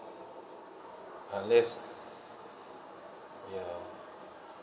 unless ya